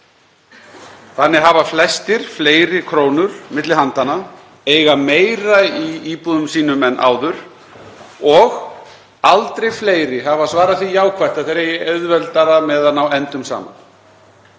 Þannig hafa flestir fleiri krónur milli handanna, eiga meira í íbúðum sínum en áður og aldrei fleiri hafa svarað því jákvætt að þeir eigi auðveldara með að ná endum saman.